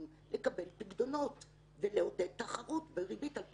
לקבל פיקדונות ולעודד תחרות בריבית על פיקדונות.